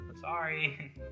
Sorry